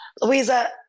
Louisa